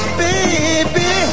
baby